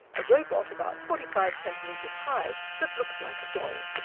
a robot about forty five centimetres high that looks like a doll.